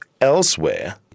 elsewhere